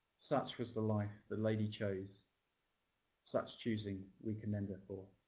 such was the life the lady chose such choosing, we commend her for.